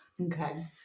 okay